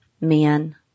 men